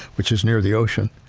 which is near the ocean.